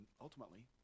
ultimately